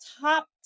top